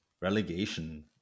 relegation